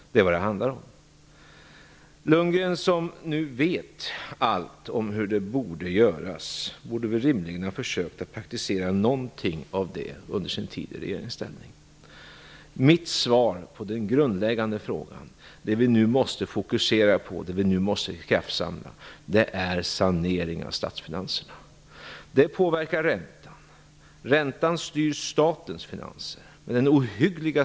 Det är vad det handlar om. Lundgren, som vet allt om hur detta borde göras, borde rimligen på något sätt ha försökt visa det i praktiken under sin tid i regeringsställning. Mitt svar på den grundläggande frågan om vad vi nu måste fokusera oss på och göra en kraftsamling kring gäller saneringen av statsfinanserna. Det påverkar räntan. Räntan styr statens finanser.